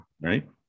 Right